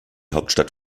hauptstadt